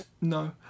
no